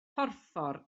porffor